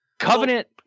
Covenant